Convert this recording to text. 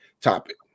topic